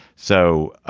so ah